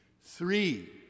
Three